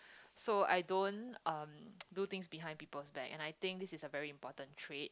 so I don't um do things behind people back and I think this is a very important trait